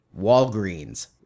Walgreens